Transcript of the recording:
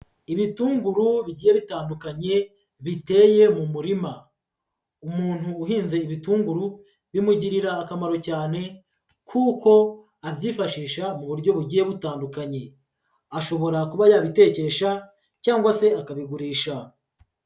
Ibitunguru bigiye bitandukanye biteye mu murima, umuntu uhinze ibitunguru bimugirira akamaro cyane kuko abyifashisha mu buryo bugiye butandukanye, ashobora kuba yabitekesha cyangwa se akabigurisha.